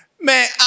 Man